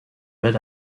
mid